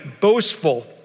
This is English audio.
boastful